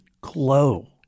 glow